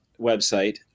website